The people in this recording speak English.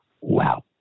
Wow